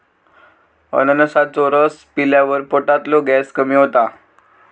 अननसाचो रस पिल्यावर पोटातलो गॅस कमी होता